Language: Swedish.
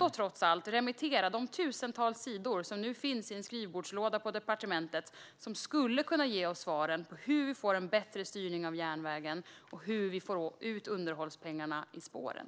och trots allt remittera de tusentals sidor som nu finns i en skrivbordslåda på departementet? Det skulle kunna ge oss svaren på hur vi får en bättre styrning av järnvägen och hur vi får ut underhållspengarna i spåren.